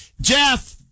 Jeff